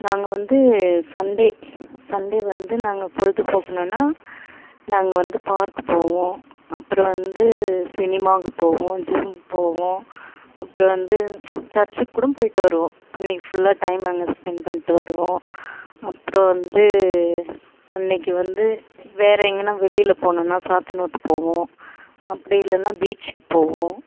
நாங்கள் வந்து Sunday Sunday வந்து நாங்கள் பொழுது போக்குணுன்னா நாங்கள் வந்து பார்க்கு போவோம் அப்புறம் வந்து சினிமாக்கு போவோம் ஜிம் போவோம் அப்புறம் வந்து சர்ச்சுக்கு கூடோம் போயிட்டு வருவோம் அன்றைக்கி ஃபுல்லா டைம் அங்கே ஸ்பெண்ட் பண்ணிட்டு வருவோம் அப்புறம் வந்து அன்றைக்கி வந்து வேற எங்கேனா வெளியில் போகணுன்னா சாத்தனூர் போவோம் அப்படி இல்லைன்னா பீச்சுக்கு போவோம்